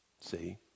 See